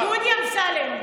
דודי אמסלם,